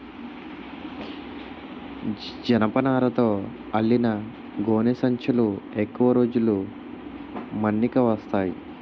జనపనారతో అల్లిన గోనె సంచులు ఎక్కువ రోజులు మన్నిక వస్తాయి